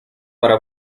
para